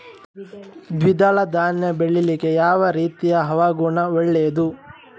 ದ್ವಿದಳ ಧಾನ್ಯ ಬೆಳೀಲಿಕ್ಕೆ ಯಾವ ರೀತಿಯ ಹವಾಗುಣ ಒಳ್ಳೆದು?